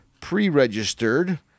pre-registered